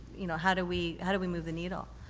you know, how do we, how do we move the needle?